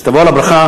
אז תבוא על הברכה.